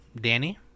Danny